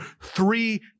three